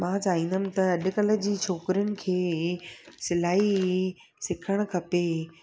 मां चाहींदमि त अॼुकल्ह जी छोकिरीयुनि खे सिलाई सिखणु खपे